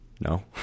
No